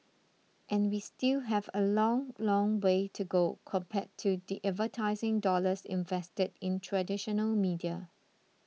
and we still have a long long way to go compared to the advertising dollars invested in traditional media